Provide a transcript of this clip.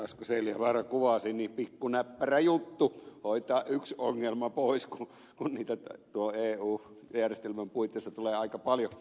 asko seljavaara kuvasi tässä on pikkunäppärä juttu hoitaa yksi ongelma pois kun niitä tuon eu järjestelmän puitteissa tulee aika paljon